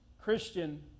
Christian